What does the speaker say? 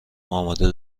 آماده